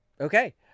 okay